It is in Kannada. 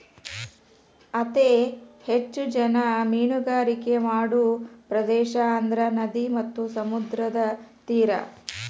ಅತೇ ಹೆಚ್ಚ ಜನಾ ಮೇನುಗಾರಿಕೆ ಮಾಡು ಪ್ರದೇಶಾ ಅಂದ್ರ ನದಿ ಮತ್ತ ಸಮುದ್ರದ ತೇರಾ